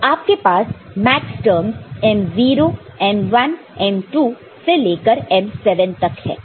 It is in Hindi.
तो आपके पास मैक्सटर्मस M0 M1 M2 से लेकर M7 तक है